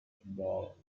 football